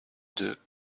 deux